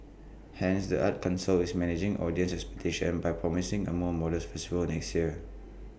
hence the arts Council is managing audience expectations by promising A more modest festival next year